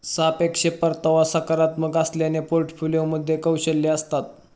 सापेक्ष परतावा सकारात्मक असल्याने पोर्टफोलिओमध्ये कौशल्ये असतात